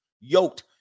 yoked